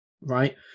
right